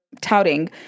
touting